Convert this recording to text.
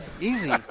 Easy